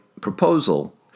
proposal